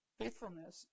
faithfulness